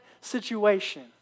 situation